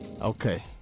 Okay